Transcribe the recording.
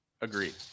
Agreed